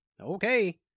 Okay